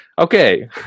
okay